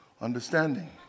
understanding